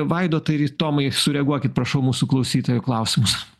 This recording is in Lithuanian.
vaidotai tomai sureaguokit prašau į mūsų klausytojų klausimus